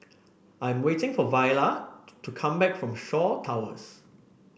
I'm waiting for Viola to to come back from Shaw Towers